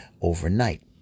overnight